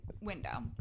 window